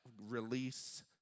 release